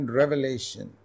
revelation